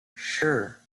sure